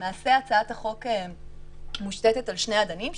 למעשה הצעת החוק מושתתת על שני אדנים,